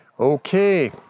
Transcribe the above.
Okay